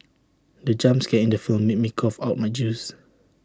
the jump scare in the film made me cough out my juice